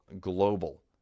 global